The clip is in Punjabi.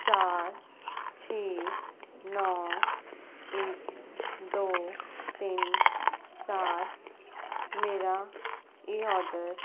ਚਾਰ ਛੇ ਨੌ ਇੱਕ ਦੋ ਤਿੰਨ ਚਾਰ ਮੇਰਾ ਇਹ ਆਰਡਰ